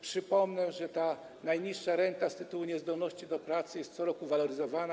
Przypomnę, że najniższa renta z tytułu niezdolności do pracy jest co roku waloryzowana.